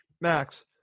Max